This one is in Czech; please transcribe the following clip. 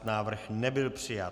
Návrh nebyl přijat.